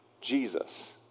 Jesus